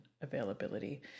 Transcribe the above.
availability